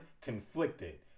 conflicted